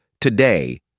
today